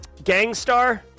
Gangstar